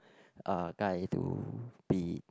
uh guy to be